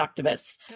activists